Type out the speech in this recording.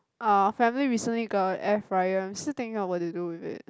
our family recently got a air fryer I'm still thinking of what to do with it